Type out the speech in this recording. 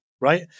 right